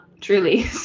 truly